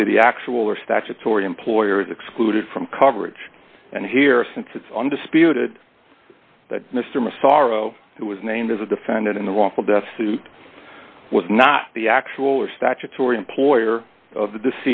the actual or statutory employer is excluded from coverage and here since it's undisputed mr massaro who was named as a defendant in the wrongful death suit was not the actual or statutory employer of the